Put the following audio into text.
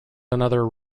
another